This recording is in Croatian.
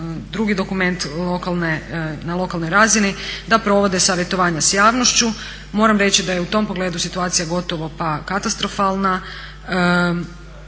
drugi dokument na lokanoj razini da provode savjetovanja sa javnošću. Moram reći da je u tom pogledu situacija gotovo pa katastrofalna.